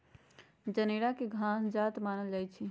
जनेरा के घास के जात मानल जाइ छइ